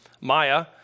Maya